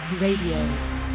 Radio